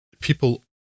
people